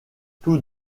tous